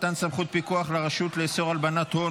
מתן סמכות פיקוח לרשות לאיסור הלבנת הון